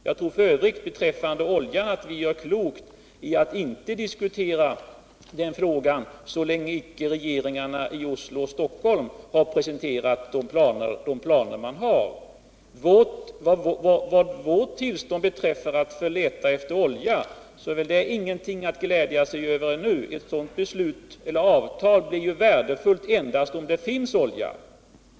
Jag tror f. ö. att vi gör klokt i att inte diskutera fråganom <Nr 159 oljan så länge inte regeringarna i Oslo och Stockholm har presenterat de Onsdagen den planer de har. 31 maj 1978 Vad beträffar vårt tillstånd att leta efter olja så är det väl ingenting att glädja sig över ännu. Ett sådant avtal blir ju värdefullt endast om det finns olja.